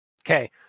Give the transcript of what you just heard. Okay